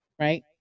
right